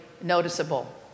noticeable